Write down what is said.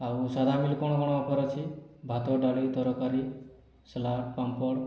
ଆଉ ସାଧା ମିଲ୍ କଣ କଣ ଅଫର ଅଛି ଭାତ ଡାଲି ତରକାରୀ ସାଲାଡ଼ ପାମ୍ପଡ଼